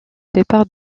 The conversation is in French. départ